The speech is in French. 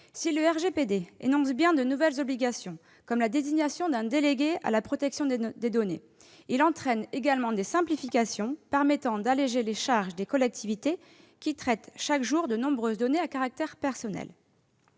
Si le RGPD énonce bien de nouvelles obligations, comme la désignation d'un délégué à la protection des données, il entraîne également des simplifications permettant d'alléger les charges des collectivités qui traitent chaque jour de nombreuses données à caractère personnel.